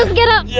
um get up. yeah,